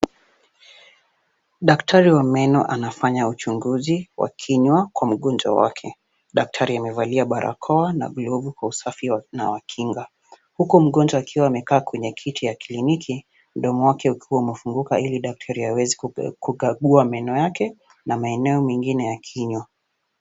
Daktari wa meno anafanya uchunguzi wa kinywa kwa mgonjwa wake. Daktari amevalia barakoa na glovu kwa usafi na wa kinga. Huku mgonjwa akiwa amekaa kwenye kiti ya kliniki, mdomo wake ukiwa umefunguka ili daktari aweze kukagua meno yake na maeneo mengine ya kinywa.